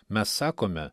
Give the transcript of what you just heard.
mes sakome